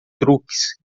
truques